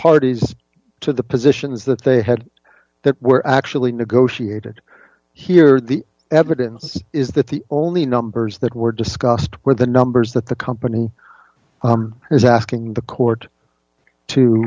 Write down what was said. parties to the positions that they had that were actually negotiated here the evidence is that the only numbers that were discussed where the numbers that the company is asking the court to